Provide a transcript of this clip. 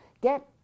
Get